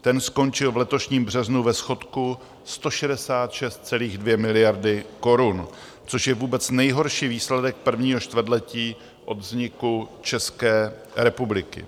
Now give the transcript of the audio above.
Ten skončil v letošním březnu ve schodku 166,2 miliardy korun, což je vůbec nejhorší výsledek prvního čtvrtletí od vzniku České republiky.